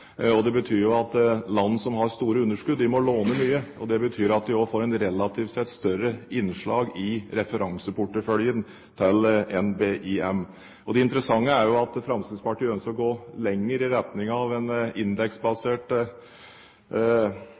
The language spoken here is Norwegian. Det betyr jo at land som har store underskudd, må låne mye. Og det betyr at de også får et relativt sett større innslag i referanseporteføljen til NBIM. Det interessante er jo at Fremskrittspartiet ønsker å gå lenger i retning av en indeksbasert